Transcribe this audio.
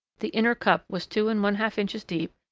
the inner cup was two and one-half inches deep,